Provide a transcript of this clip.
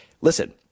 listen